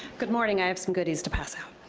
good morning i have some goodies to pass out.